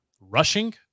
Rushing